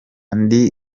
ndi